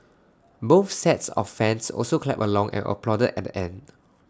both sets of fans also clapped along and applauded at the end